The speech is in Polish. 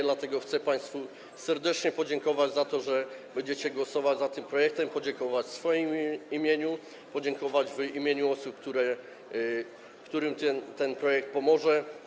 Dlatego chcę państwu serdecznie podziękować za to, że będziecie głosować za tym projektem - podziękować w swoim imieniu, podziękować w imieniu osób, którym ten projekt pomoże.